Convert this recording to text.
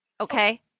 okay